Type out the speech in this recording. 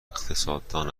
اقتصاددان